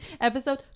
episode